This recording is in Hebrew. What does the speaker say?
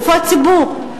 איפה הציבור?